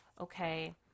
okay